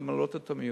למלא את המיון.